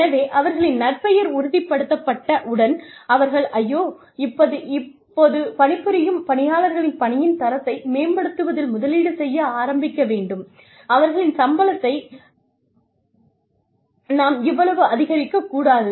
எனவே அவர்களின் நற்பெயர் உறுதிப்படுத்தப்பட்ட உடன் அவர்கள் ஐயோ இப்போது பணிபுரியும் பணியாளர்களின் பணியின் தரத்தை மேம்படுத்துவதில் முதலீடு செய்ய ஆரம்பிக்க வேண்டும் அவர்களின் சம்பளத்தை நாம் இவ்வளவு அதிகரிக்கக் கூடாது